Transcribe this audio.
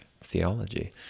theology